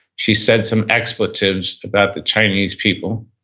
she said some expletives about the chinese people,